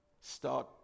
Start